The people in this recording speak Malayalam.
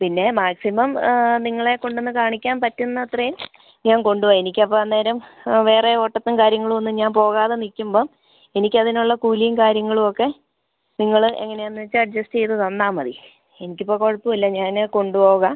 പിന്നെ മാക്സിമം നിങ്ങളെ കൊണ്ടുവന്ന് കാണിക്കാൻ പറ്റുന്നത്രയും ഞാൻ കൊണ്ട് പോവാം എനിക്ക് അപ്പോൾ അന്നേരം വേറെ ഓട്ടത്തിനും കാര്യങ്ങളും ഒന്നും ഞാൻ പോകാതെ നിൽക്കുമ്പം എനിക്ക് അതിനുള്ള കൂലിയും കാര്യങ്ങളും ഒക്കെ നിങ്ങൾ എങ്ങനെയാണെന്ന് വെച്ചാൽ അഡ്ജസ്റ്റ് ചെയ്ത് തന്നാൽ മതി എനിക്ക് ഇപ്പോൾ കുഴപ്പമില്ല ഞാൻ കൊണ്ട് പോകാം